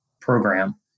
program